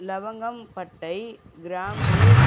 லவங்கம் பட்டை கிராம்பு